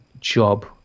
job